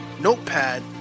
notepad